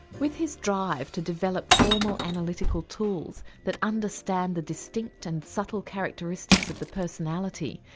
with his drive to develop formal analytical tools that understand the distinct and subtle characteristics of the personality,